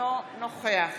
אינו נוכח